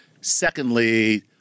Secondly